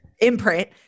imprint –